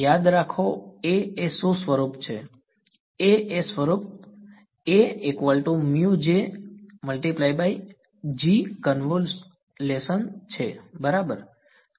યાદ રાખો A એ શું સ્વરૂપ છે A એ સ્વરૂપ કન્વ્યુલેશન છે બરાબર